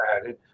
added